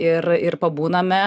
ir ir pabūname